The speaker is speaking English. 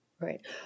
Right